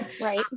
right